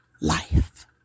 life